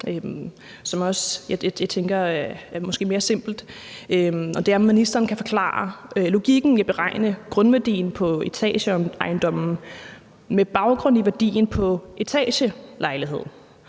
måske er mere simpelt. Det er, om ministeren kan forklare logikken i at beregne grundværdien på etageejendomme med baggrund i værdien på etagelejligheder